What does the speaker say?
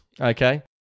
okay